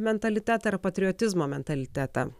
mentalitetą ir patriotizmo mentalitetą